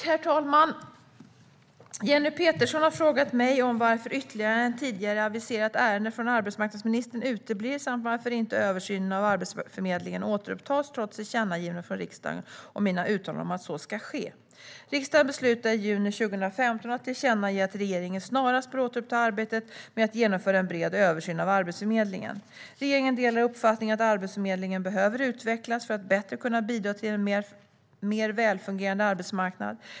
Herr talman! Jenny Petersson har frågat mig varför ytterligare ett tidigare aviserat ärende från arbetsmarknadsministern uteblir samt varför översynen av Arbetsförmedlingen inte återupptas trots tillkännagivanden från riksdagen och mina uttalanden om att så ska ske. Riksdagen beslutade i juni 2015 att tillkännage att regeringen snarast bör återuppta arbetet med att genomföra en bred översyn av Arbetsförmedlingen. Regeringen delar uppfattningen att Arbetsförmedlingen behöver utvecklas för att bättre kunna bidra till en mer välfungerande arbetsmarknad.